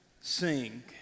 sing